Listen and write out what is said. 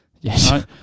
Yes